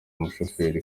umushoferi